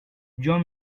john